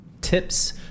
tips